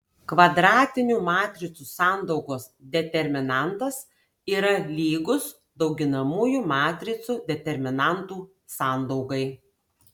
kvadratinių matricų sandaugos determinantas yra lygus dauginamųjų matricų determinantų sandaugai